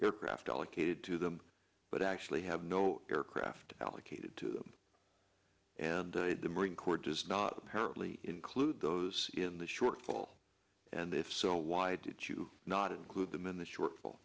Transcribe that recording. aircraft allocated to them but actually have no aircraft allocated to them and the marine corps does not include those in the shortfall and if why did you not include them in the shortfall